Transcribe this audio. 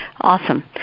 awesome